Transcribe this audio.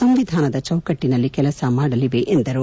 ಸಂವಿಧಾನದ ಚೌಕಟ್ಟಿನಲ್ಲಿ ಕೆಲಸ ಮಾಡಲಿವೆ ಎಂದರು